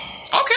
okay